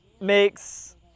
makes